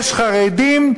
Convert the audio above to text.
יש חרדים,